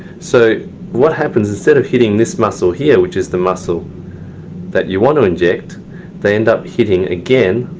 so what happens instead of hitting this muscle here which is the muscle that you want to inject they end up hitting again,